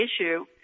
issue